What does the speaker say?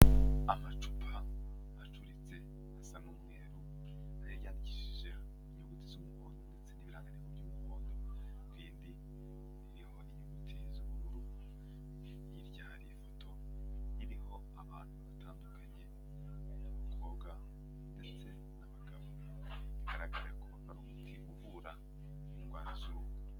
Amacupa acuritse asa n'umweru nayo yayandikishije inyugutitse umuhondo ndetse n'inyuguti z'ubururu hirya hari ifoto iriho abantu batandukanye, ni abakobwa ndetse n'abagabo bigaragareko ari umuti uvura indwara zuruhu.